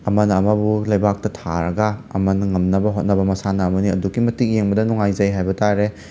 ꯑꯃꯅ ꯑꯃꯕꯨ ꯂꯩꯕꯥꯛꯇ ꯊꯥꯔꯒ ꯑꯃꯅ ꯉꯝꯅꯕ ꯍꯣꯠꯅꯕ ꯃꯁꯥꯟꯅ ꯑꯃꯅꯤ ꯑꯗꯨꯛꯀꯤ ꯃꯇꯤꯛ ꯌꯦꯡꯕꯗ ꯅꯨꯡꯉꯥꯏꯖꯩ ꯍꯥꯏꯕ ꯇꯥꯔꯦ